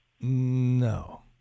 No